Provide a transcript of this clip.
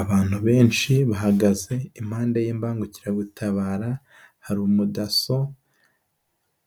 Abantu benshi bahagaze impande y'imbangukiragutabara hari umudaso